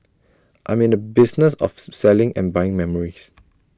I'm in the business of selling and buying memories